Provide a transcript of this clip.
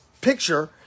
picture